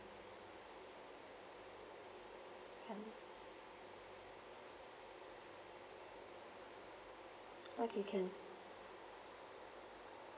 okay can